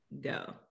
Go